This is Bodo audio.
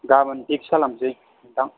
गाबोन फिक्स्द खालामनोसै नोंथां